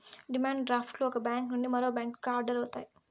demand draft లు ఒక bank నుండి మరో బ్యాంకుకి ఆర్డర్ అవుతాయి